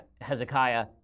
Hezekiah